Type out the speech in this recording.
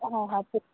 অঁ হয়